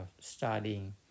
studying